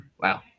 Wow